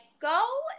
go